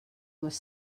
was